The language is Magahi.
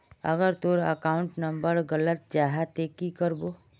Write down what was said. अगर तोर अकाउंट नंबर गलत जाहा ते की करबो?